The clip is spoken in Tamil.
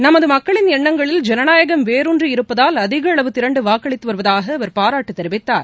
நமது மக்களின் எண்ணங்களில் ஜனநாயகம் வேருன்றி இருப்பதால் அதிக அளவு திரண்டு வாக்களித்து வருவதாக அவர் பாராட்டு தெரிவித்தார்